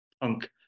punk